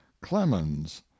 Clemens